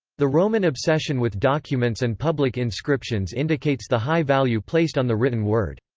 the roman obsession with documents and public inscriptions indicates the high value placed on the written word.